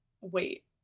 wait